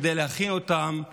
בכדי להכין אותם להתמחות.